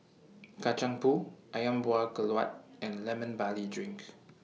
Kacang Pool Ayam Buah Keluak and Lemon Barley Drink